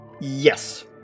Yes